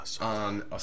on